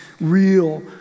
real